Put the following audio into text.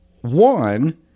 one